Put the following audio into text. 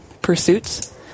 pursuits